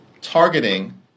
targeting